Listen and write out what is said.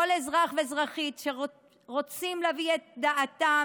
כל אזרח ואזרחית שרוצים להביע את דעתם,